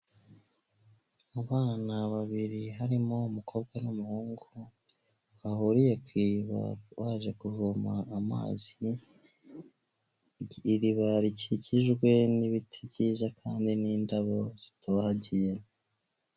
Mu bana babiri harimo umukobwa n'umuhungu, bahuriyeba baje kuvoma amazi, iriba rikikijwe n'ibiti byiza kandi n'indabo zitohagiye.